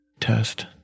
test